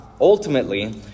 Ultimately